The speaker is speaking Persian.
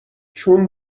چون